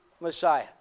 Messiah